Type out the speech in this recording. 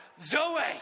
Zoe